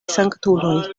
sanktuloj